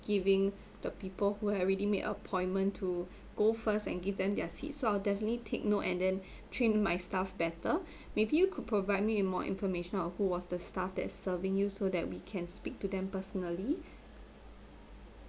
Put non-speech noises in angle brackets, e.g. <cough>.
giving the people who have already made appointment to go first and give them their seat so I'll definitely take note and then <breath> train my staff better <breath> maybe you could provide me in more information of who was the stuff that serving you so that we can speak to them personally